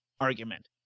argument